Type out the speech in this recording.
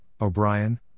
O'Brien